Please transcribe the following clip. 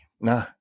no